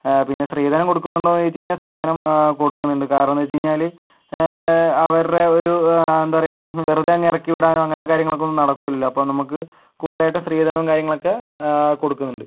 പിന്നെ സ്ത്രീധനം കൊടുക്കുന്നുണ്ടോന്ന് ചോദിച്ചു കഴിഞ്ഞാൽ സ്ത്രീധനം കൊടുക്കുന്നുണ്ട് കാരണമെന്തെച്ചെഞ്ഞാല് അവരുടെ ഒരു എന്താ പറയുക് വെറുതെയങ്ങു ഇറക്കി വിടാൻ അങ്ങനത്തെ കാര്യങ്ങളൊന്നും നടക്കൂല്ലല്ലോ അപ്പോൾ നമുക്ക് കൂടുതലായിട്ടും സ്ത്രീധനവും കാര്യങ്ങളൊക്കെ കൊടുക്കുന്നുണ്ട്